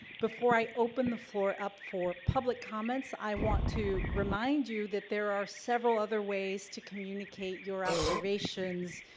before i open the floor up for public comments, i want to remind you that there are several other ways to communicate your observations,